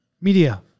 Media